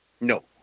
No